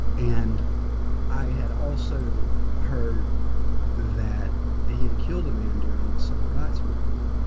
and i had also heard that he had killed a man during the civil rights movement.